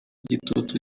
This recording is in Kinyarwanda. gitutu